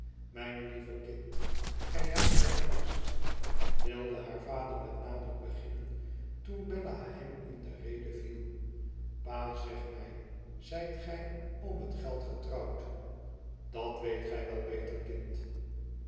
mijn lieve kind gij jaagt mij angst wilde haar vader met nadruk beginnen toen bella hem in de rede viel pa zeg mij zijt gij om het geld getrouwd idat weet j wel beter kind